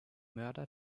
mörder